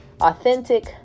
Authentic